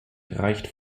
reicht